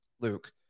luke